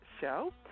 show